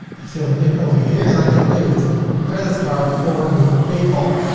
i fill it in over here and i can pay with credit card or with paypal.